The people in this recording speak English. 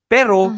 Pero